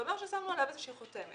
זה אומר ששמנו עליו איזושהי חותמת.